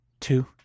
Two